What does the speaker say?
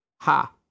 Ha